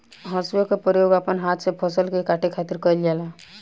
हसुआ के प्रयोग अपना हाथ से फसल के काटे खातिर कईल जाला